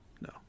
No